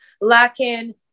lacking